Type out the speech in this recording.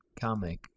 comic